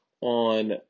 on